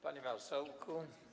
Panie Marszałku!